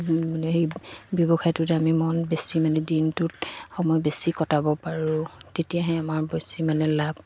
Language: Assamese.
মানে সেই ব্যৱসায়টোত আমি মন বেছি মানে দিনটোত সময় বেছি কটাব পাৰোঁ তেতিয়াহে আমাৰ বেছি মানে লাভ